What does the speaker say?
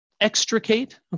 extricate